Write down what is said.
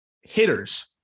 hitters